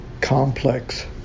complex